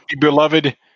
beloved